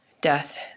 Death